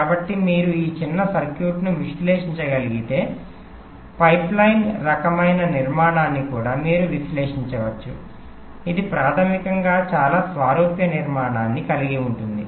కాబట్టి మీరు ఆ చిన్న సర్క్యూట్ను విశ్లేషించగలిగితే పైప్లైన్ రకమైన నిర్మాణాన్ని కూడా మీరు విశ్లేషించవచ్చు ఇది ప్రాథమికంగా చాలా సారూప్య నిర్మాణాన్ని కలిగి ఉంటుంది